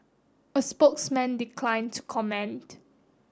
a spokesman declined to comment